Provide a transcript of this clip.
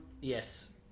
Yes